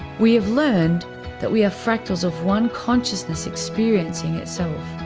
we have learned that we are fractals of one consciousness experiencing itself